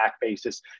basis